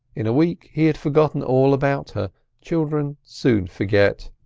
in a week he had forgotten all about her children soon forget.